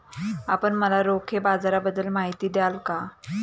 आपण मला रोखे बाजाराबद्दल माहिती द्याल का?